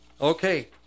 Okay